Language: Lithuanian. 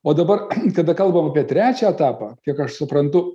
o dabar kada kalbam apie trečią etapą kiek aš suprantu